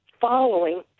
following